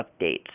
updates